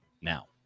now